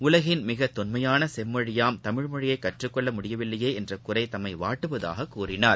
உலகின் மிக தொன்மையான செம்மொழியாம் தமிழ் மொழியை கற்றுக்கொள்ள முடியவில்லையே என்ற குறை தம்மை வாட்டுவதாக கூறினார்